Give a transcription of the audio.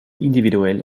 individuell